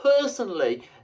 personally